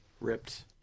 Ripped